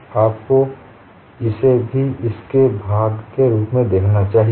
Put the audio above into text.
तो आपको इसे भी इसके भाग के रूप में देखना चाहिए